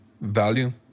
value